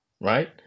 right